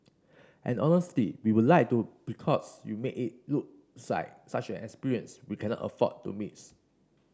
and honestly we would like to because you make it look side such an experience we cannot afford to miss